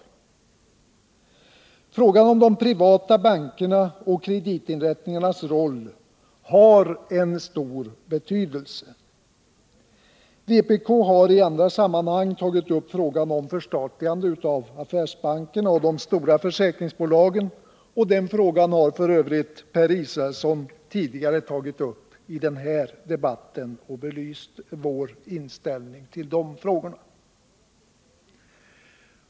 Även frågan om de privata bankernas och kreditinrättningarnas roll har en stor betydelse. Vpk har i andra sammanhang tagit upp frågan om förstatligande av affärsbankerna och de stora försäkringsbolagen. Den frågan har f. ö. Per Israelsson tidigare tagit upp i den här debatten, och han har belyst vår inställning därvidlag.